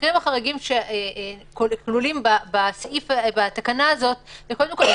המקרים החריגים שכלולים בתקנה הזאת הם מקרים